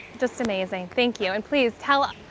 just amazing, thank you. and please, tell, ah